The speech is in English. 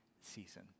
season